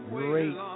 great